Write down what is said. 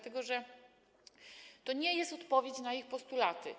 To nie jest odpowiedź na ich postulaty.